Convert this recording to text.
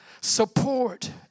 support